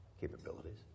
capabilities